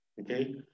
Okay